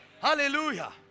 Hallelujah